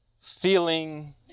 feeling